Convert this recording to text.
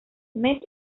met